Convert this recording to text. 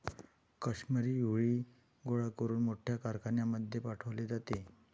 काश्मिरी हुई गोळा करून मोठ्या कारखान्यांमध्ये पाठवले जाते